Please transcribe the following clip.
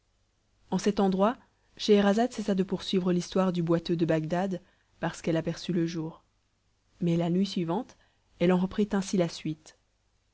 en cet endroit scheherazade cessa de poursuivre l'histoire du boiteux de bagdad parce qu'elle aperçut le jour mais la nuit suivante elle en reprit ainsi la suite